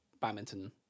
badminton